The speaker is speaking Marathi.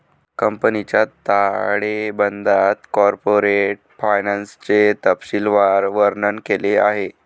कंपनीच्या ताळेबंदात कॉर्पोरेट फायनान्सचे तपशीलवार वर्णन केले आहे